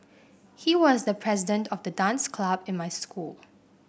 he was the president of the dance club in my school